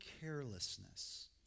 carelessness